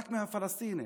רק מהפלסטינים.